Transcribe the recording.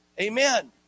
Amen